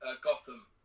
Gotham